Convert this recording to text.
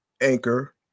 Anchor